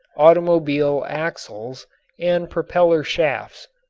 automobile axles and propeller shafts.